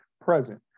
present